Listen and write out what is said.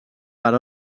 per